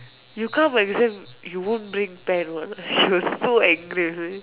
you come for exam you won't bring pen one ah she was so angry with me